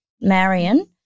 Marion